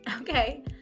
Okay